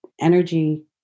energy